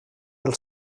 del